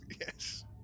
Yes